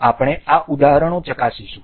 અમે આ ઉદાહરણો ચકાસીશું